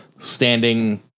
standing